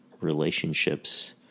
relationships